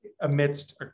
amidst